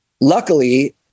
Luckily